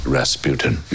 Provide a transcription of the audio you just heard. Rasputin